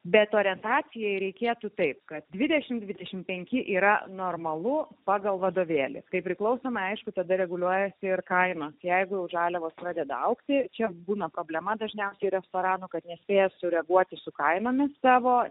be to orientacijai reikėtų taip kad dvidešim dvidešimt penki yra normalu pagal vadovėlį kaip priklauso aišku tada reguliuojasi ir kaina jeigu žaliavos pradeda augti čia būna problema dažniausiai restoranų kad nespėja sureaguoti su kainomis savo